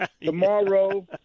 tomorrow